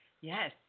Yes